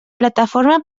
plataforma